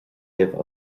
libh